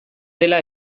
dela